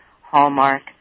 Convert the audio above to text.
Hallmark